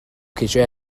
ceisio